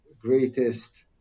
greatest